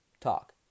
talk